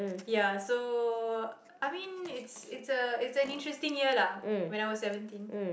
ya so I mean it's it's a it's an interesting year lah when I was seventeen